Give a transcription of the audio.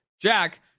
jack